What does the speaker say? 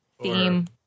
theme